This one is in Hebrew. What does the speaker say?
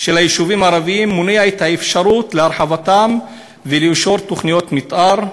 של היישובים הערביים מונע את האפשרות להרחבתם ולאישור תוכניות מתאר.